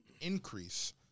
increase